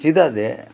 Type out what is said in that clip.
ᱪᱮᱫᱟᱜ ᱡᱮ